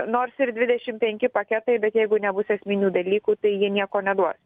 nors ir dvidešimt penki paketai bet jeigu nebus esminių dalykų tai jie nieko neduos